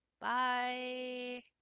bye